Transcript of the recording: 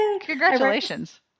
Congratulations